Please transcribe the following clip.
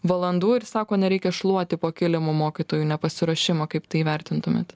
valandų ir sako nereikia šluoti po kilimu mokytojų nepasiruošimą kaip tai įvertintumėt